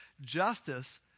Justice